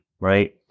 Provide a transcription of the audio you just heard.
right